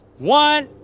one.